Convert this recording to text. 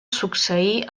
succeir